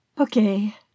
Okay